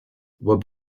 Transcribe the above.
were